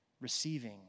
receiving